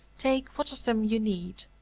take what of them you need.